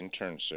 internship